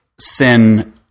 sin